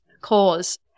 cause